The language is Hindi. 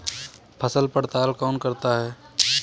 फसल पड़ताल कौन करता है?